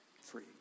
free